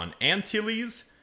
Antilles